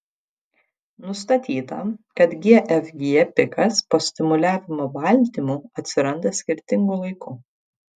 nustatyta kad gfg pikas po stimuliavimo baltymu atsiranda skirtingu laiku